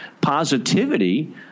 positivity